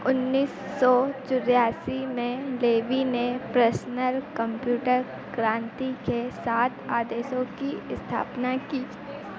उन्नीस सौ चौरासी में लेवी ने पर्सनल कम्प्यूटर क्रान्ति के सात आदेशों की स्थापना की